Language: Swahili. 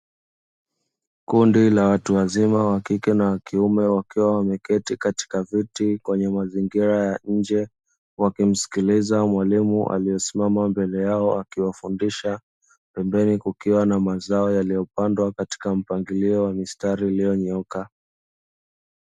Kundi la watu wazima wa kike na wa kiume wakiwa wameketi katika viti kwenye mazingira ya nje, wakimsikiliza mwalimu aliyesimama mbele yao akiwafundisha, pembeni kukiwa na mazao yaliyopandwa katika mpangilio wa mistari iliyonyooka.